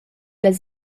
las